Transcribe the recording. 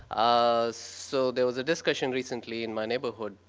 so there was a discussion recently in my neighborhood,